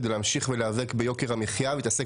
כדי להמשיך ולהיאבק ביוקר המחיה ולהתעסק